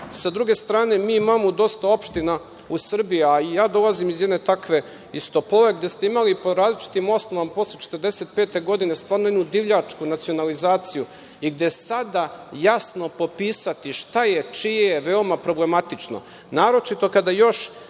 druge strane, mi imamo dosta opština u Srbiji, a i ja dolazim iz jedne takve, iz Topole, gde ste imali po različitim osnovama, posle 1945. godine stvarno jednu divljačku nacionalizaciju i gde sada jasno popisati šta je čije, veoma problematično. Naročito kada još